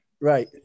Right